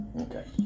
Okay